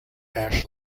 ash